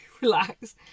relax